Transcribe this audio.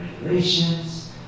regulations